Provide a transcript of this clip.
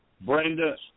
Brenda